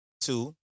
Two